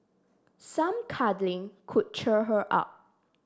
some cuddling could cheer her up